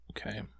Okay